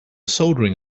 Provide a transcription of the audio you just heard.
soldering